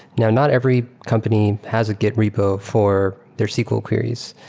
now, not every company has a git repo for their sql queries.